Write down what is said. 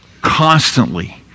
constantly